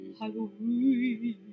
Halloween